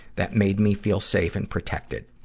that made me feel safe and protected.